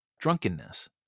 drunkenness